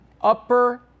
Upper